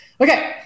Okay